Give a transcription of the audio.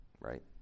right